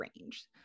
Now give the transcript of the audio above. range